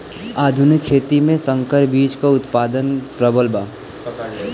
आधुनिक खेती में संकर बीज क उतपादन प्रबल बा